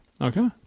Okay